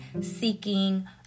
seeking